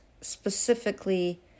specifically